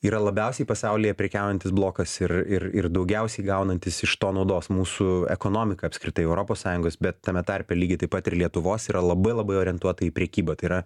yra labiausiai pasaulyje prekiaujantis blokas ir ir ir daugiausiai gaunantis iš to naudos mūsų ekonomika apskritai europos sąjungos bet tame tarpe lygiai taip pat ir lietuvos yra labai labai orientuota į prekybą tai yra